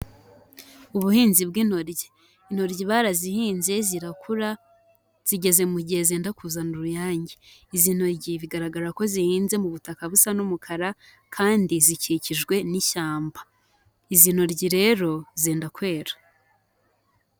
Ubuhinzi bw'intoryi. Intoryi barazihinze zirakura, zigeze mu gihe zenda kuzana uruyange. Izi ntoryi bigaragara ko zihinze mu butaka busa n'umukara kandi zikikijwe n'ishyamba. Izi ntoryi rero zenda kwera.